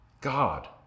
God